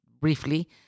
briefly